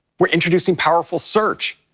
we're introducing powerful search,